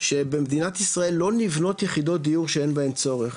שבמדינת ישראל לא נבנות יחידות דיור שאין בהן צורך,